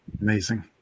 Amazing